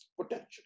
potentially